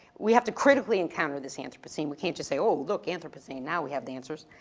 we have to critically encounter this anthropocene. we can't just say, oh, look, anthropocene, now we have the answers.